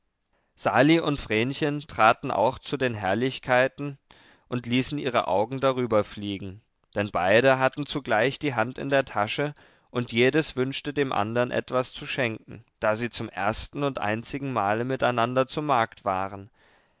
sali und vrenchen traten auch zu den herrlichkeiten und ließen ihre augen darüberfliegen denn beide hatten zugleich die hand in der tasche und jedes wünschte dem andern etwas zu schenken da sie zum ersten und einzigen male miteinander zu markt waren